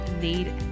need